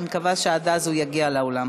אני מקווה שעד אז הוא יגיע לאולם.